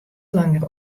langer